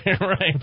right